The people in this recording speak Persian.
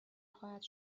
خواهد